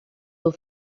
will